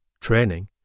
Training